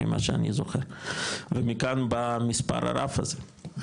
לפי מה שאני זוכר ומכאן מספר הרף הזה,